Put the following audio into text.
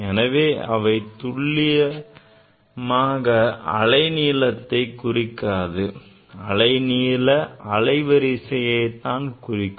எனவே அவை துல்லியமாக அலை நீளத்தை குறிக்காது அலைநீள அலைவரிசையை தான் குறிக்கும்